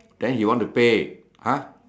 then he want to pay !huh!